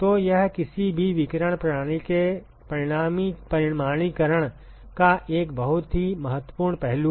तो यह किसी भी विकिरण प्रणाली के परिमाणीकरण का एक बहुत ही महत्वपूर्ण पहलू है